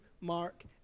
Mark